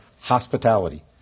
hospitality